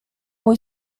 mój